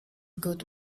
good